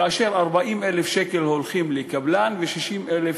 כאשר 40,000 שקל הולכים לקבלן ו-60,000